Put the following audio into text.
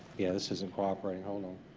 yeah, this isn't cooperating, hold on.